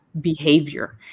behavior